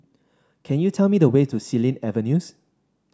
can you tell me the way to Xilin Avenues